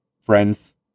Friends